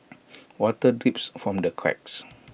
water drips from the cracks